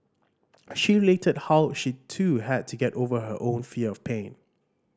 she related how she too had to get over her own fear of pain